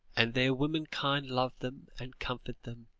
and their womenkind love them, and comfort them,